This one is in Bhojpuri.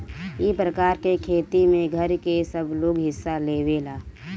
ई प्रकार के खेती में घर के सबलोग हिस्सा लेवेला